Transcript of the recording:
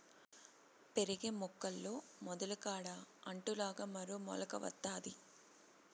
పెరిగే మొక్కల్లో మొదలు కాడ అంటు లాగా మరో మొలక వత్తాది